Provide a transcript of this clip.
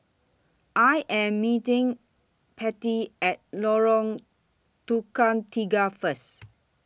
I Am meeting Pete At Lorong Tukang Tiga First